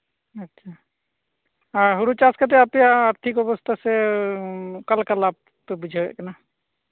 ᱟᱪᱪᱷᱟ ᱟᱨ ᱦᱳᱲᱳᱪᱟᱥ ᱠᱟᱛᱮᱜ ᱟᱯᱮᱭᱟᱜ ᱟᱨᱛᱷᱤᱠ ᱚᱵᱚᱥᱛᱟ ᱥᱮ ᱚᱠᱟᱞᱮᱠᱟ ᱞᱟᱵᱽ ᱯᱮ ᱵᱩᱡᱷᱟᱹᱭᱮᱫ ᱠᱟᱱᱟ